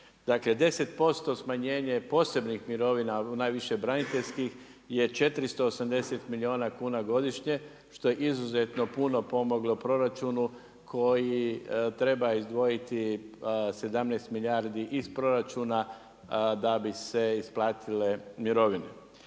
Dakle 10% smanjenje posebnih mirovina, najviše braniteljskih je 480 milijuna kuna godišnje, što je izuzetno puno pomoglo proračunu koji treba izdvojiti 17 milijardi iz proračuna da bi se isplatile mirovine.